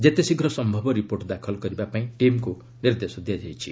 ଯେତେ ଶୀଘ୍ର ସମ୍ଭବ ରିପୋର୍ଟ ଦାଖଲ କରିବା ପାଇଁ ଟିମ୍କୁ ନିର୍ଦ୍ଦେଶ ଦିଆଯାଇଛି